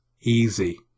easy